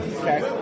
okay